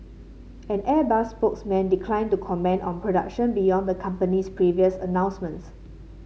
an Airbus spokesman declined to comment on production beyond the company's previous announcements